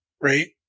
right